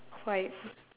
quite